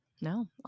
No